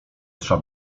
trza